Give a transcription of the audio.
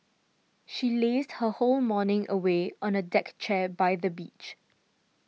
she lazed her whole morning away on a deck chair by the beach